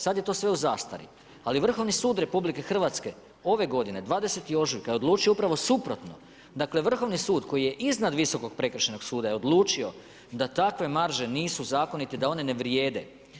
Sad je to sve u zastari ali Vrhovni sud RH ove godine 20. ožujka je odlučio upravo suprotno, dakle Vrhovni sud koji je iznad Visokog prekršajnog suda je odlučio da takve marže nisu zakonite i da one ne vrijede.